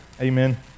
Amen